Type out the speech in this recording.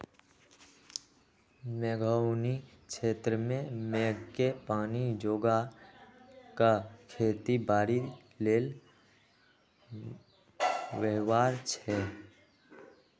मेघोउनी क्षेत्र में मेघके पानी जोगा कऽ खेती बाड़ी लेल व्यव्हार छै